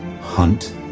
Hunt